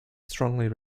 strongly